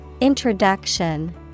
introduction